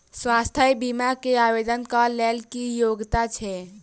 स्वास्थ्य बीमा केँ आवेदन कऽ लेल की योग्यता छै?